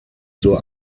zur